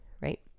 right